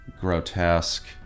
grotesque